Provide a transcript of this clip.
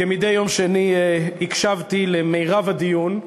כמדי יום שני הקשבתי למרב הדיון,